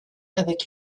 avec